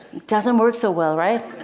doesn't work so well, right?